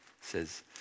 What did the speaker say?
says